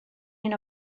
hyn